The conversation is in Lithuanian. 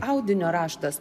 audinio raštas